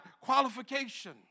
qualification